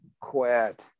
quit